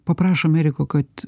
paprašom eriko kad